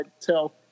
tell